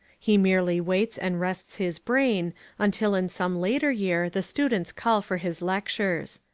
he merely waits and rests his brain until in some later year the students call for his lectures.